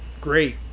great